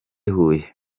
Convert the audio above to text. huye